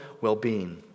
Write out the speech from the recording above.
well-being